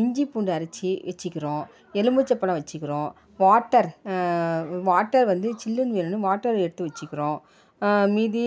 இஞ்சி பூண்டு அரைச்சி வச்சுக்கிறோம் எலுமிச்சை பழம் வச்சுக்குறோம் வாட்டர் வாட்டர் வந்து சில்லுனு வேணுமெனு வாட்டர் எடுத்து வச்சுக்கிறோம் மீதி